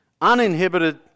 uninhibited